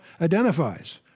identifies